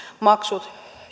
maksut